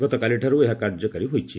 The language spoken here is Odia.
ଗତକାଲିଠାରୁ ଏହା କାର୍ଯ୍ୟକାରୀ ହୋଇଛି